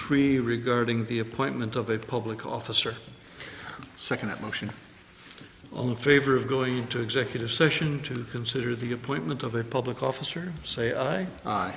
three regarding the appointment of a public officer second a motion o in favor of going to executive session to consider the appointment of a public officer